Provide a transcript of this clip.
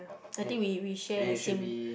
I think we we share the same